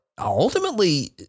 Ultimately